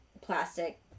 plastic